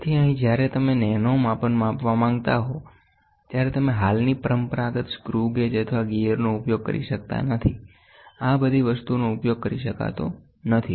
તેથી અહીં જ્યારે તમે નેનો માપન માપવા માંગતા હો ત્યારે તમે હાલની પરંપરાગત સ્ક્રુ ગેજ અથવા ગિયરનો ઉપયોગ કરી શકતા નથી આ બધી વસ્તુઓનો ઉપયોગ કરી શકાતો નથી